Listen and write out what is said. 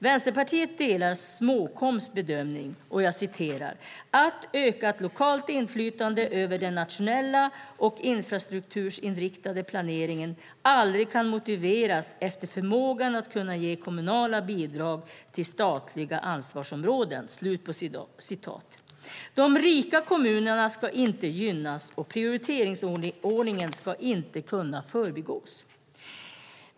Vänsterpartiet delar Småkoms bedömning "att ökat lokalt inflytande över den nationella och infrastruktursinriktade planeringen aldrig kan motiveras efter förmågan att kunna ge kommunala bidrag till statliga ansvarsområden". De rika kommunerna ska inte gynnas, och prioriteringsordningen ska inte kunna förbigås.